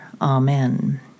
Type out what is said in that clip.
Amen